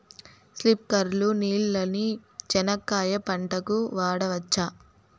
స్ప్రింక్లర్లు నీళ్ళని చెనక్కాయ పంట కు వాడవచ్చా?